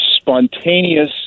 spontaneous